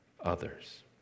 others